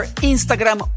Instagram